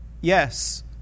Yes